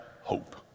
hope